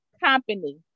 company